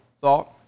thought